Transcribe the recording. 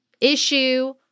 issue